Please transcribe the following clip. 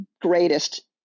greatest